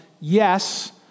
Yes